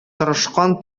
тырышкан